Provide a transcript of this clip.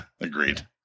Agreed